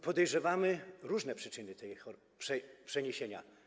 Podejrzewamy różne przyczyny przeniesienia.